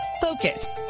focused